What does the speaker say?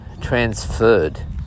transferred